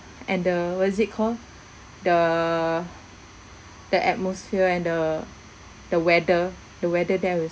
and the what's it called the the atmosphere and the the weather the weather there was